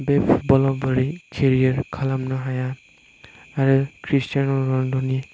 बे फुटबलाव बोरै केरियार खालामनो हाया आरो क्रिस्टियान' रनालद' नि